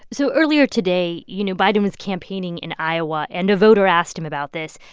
so earlier today, you know, biden was campaigning in iowa, and a voter asked him about this.